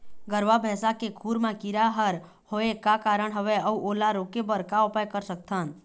गरवा भैंसा के खुर मा कीरा हर होय का कारण हवए अऊ ओला रोके बर का उपाय कर सकथन?